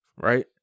Right